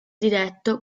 diretto